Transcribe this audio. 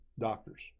Doctors